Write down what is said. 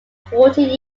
forty